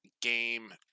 game